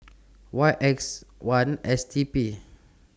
Y X one S T P